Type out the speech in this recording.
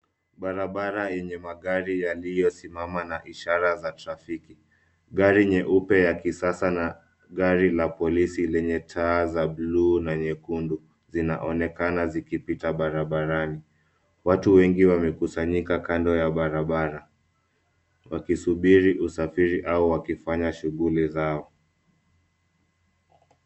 Barabara yenye magari yaliyosimama na ishara za trafiki, gari nyeupe ya kisasa na gari la polisi lenye taa za buluu na nyekundu, zinaonekana zikipita barabarani. Watu wengi wamekusanyika kando ya barabara, wakisubiri usafiri au wakifanya shughuli zao.